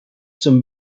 zum